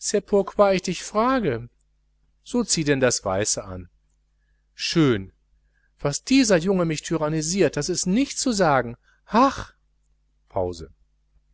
pourquoi ich dich frage so zieh denn das weiße an schön was dieser junge mich tyrannisiert das ist nicht zu sagen haach pause